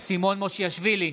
סימון מושיאשוילי,